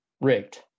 rigged